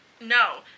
No